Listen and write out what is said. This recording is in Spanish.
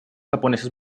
japoneses